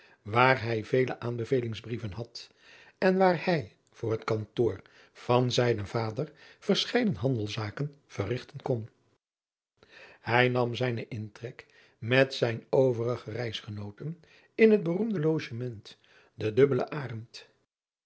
waar hij vele aanbevelingsbrieven had en waar hij voor het kantoor van zijnen vader verscheiden handelzaken verrigten kon ij nam zijnen intrek met zijn overige reisgenooten in het beroemde logement de ubbelde rend